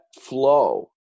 flow